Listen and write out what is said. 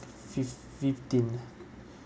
fif~ fifteen ah